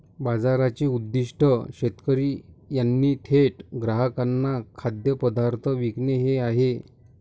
बाजाराचे उद्दीष्ट शेतकरी यांनी थेट ग्राहकांना खाद्यपदार्थ विकणे हे आहे